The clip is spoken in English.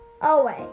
away